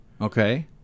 Okay